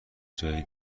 جای